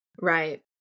Right